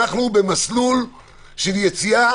אנחנו במסלול של יציאה